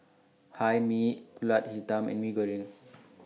Hae Mee Pulut Hitam and Mee Goreng